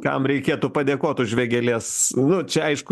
kam reikėtų padėkot už vėgėlės nu čia aišku